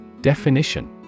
Definition